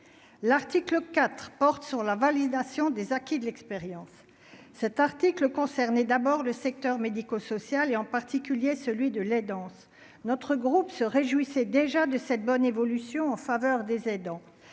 l'article IV porte sur la validation des acquis de l'expérience cet article concernée d'abord le secteur médico-social et en particulier celui de la danse, notre groupe se réjouissait déjà de cette bonne évolution en faveur des aidants